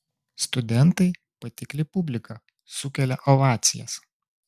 studentai patikli publika sukelia ovacijas